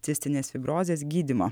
cistinės fibrozės gydymo